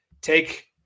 Take